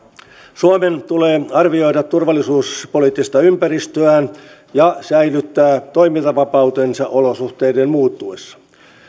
suomen tulee arvioida turvallisuuspoliittista ympäristöään ja säilyttää toimintavapautensa olosuhteiden muuttuessa